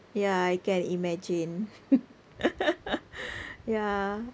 yeah I can imagine ya